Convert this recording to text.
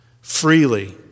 freely